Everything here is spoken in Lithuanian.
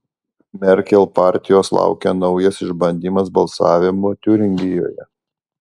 merkel partijos laukia naujas išbandymas balsavimu tiuringijoje